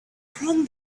from